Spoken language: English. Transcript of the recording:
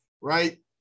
right